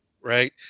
right